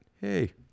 hey